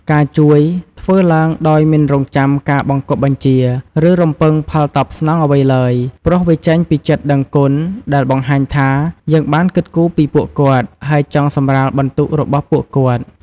ការជួយធ្វើឡើងដោយមិនរង់ចាំការបង្គាប់បញ្ជា ឬរំពឹងផលតបស្នងអ្វីឡើយ ព្រោះវាចេញពីចិត្តដឹងគុណ ដែលបង្ហាញថា យើងបានគិតគូរពីពួកគាត់ ហើយចង់សម្រាលបន្ទុករបស់ពួកគាត់។